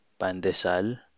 pandesal